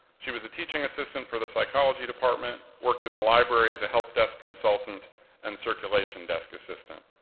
she was a teaching assistant for the psychology department, worked in the library as a help desk consultant and circulation desk assistant.